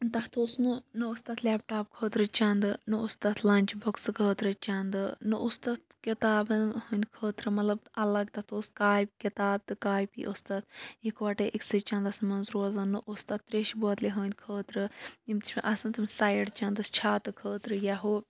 تَتھ اوس نہٕ نہ اوس تَتھ لیپٹاپ خٲطرٕ چَندٕ نہ اوس تَتھ لَنچ بۄکسہٕ خٲطرٕ چَندٕ نہ اوس تَتھ کِتابَن ہٕندۍ خٲطرٕ مطلب اَلگ تَتھ اوس کا کِتاب تہٕ کاپی ٲسۍ تَتھ اِکوَٹے أکسٕے چَندَس مَنٛز روزان نہ اوس تَتھ تریشہِ بٲتلہِ ہِندۍ خٲطرٕ یِم چھِ آسان تِم سایِڑ چَندٕ چھاتہٕ خٲطرٕ یا ہُہ